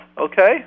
Okay